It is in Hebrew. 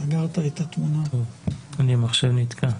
תודה לאל שאנחנו עדיין